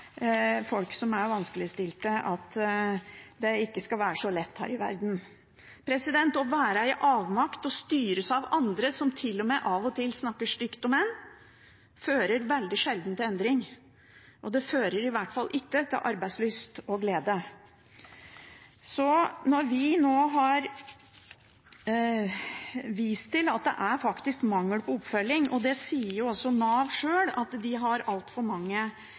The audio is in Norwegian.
folk som er vanskeligstilte, at det ikke skal være så lett her i verden. Å være i avmakt og styres av andre, som til og med av og til snakker stygt om en, fører veldig sjelden til endring. Det fører i hvert fall ikke til arbeidslyst og glede. Når vi nå har vist til at det faktisk er mangel på oppfølging – og det sier også Nav sjøl, at de har altfor mange